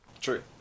True